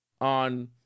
on